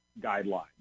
guidelines